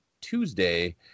Tuesday